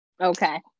Okay